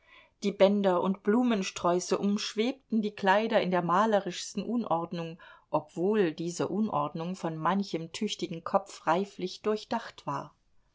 die bänder und blumensträuße umschwebten die kleider in der malerischsten unordnung obwohl diese unordnung von manchem tüchtigen kopf reiflich durchdacht war